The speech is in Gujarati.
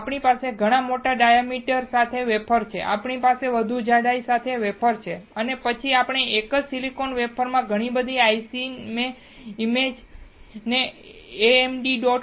હવે આપણી પાસે ઘણા મોટા ડાયામીટર સાથે વેફર છે આપણી પાસે વધુ જાડાઈ સાથે વેફર છે અને પછી આપણે એક જ સિલિકોન વેફર પર ઘણી IC મેં આ ઇમેજ ને amd